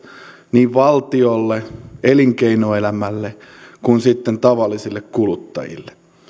niin valtiolle elinkeinoelämälle kuin sitten tavallisille kuluttajille